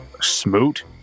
Smoot